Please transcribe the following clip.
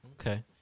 Okay